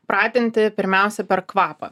pratinti pirmiausia per kvapą